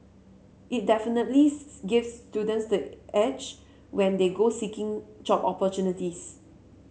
it definitely gives students the edge when they go seeking job opportunities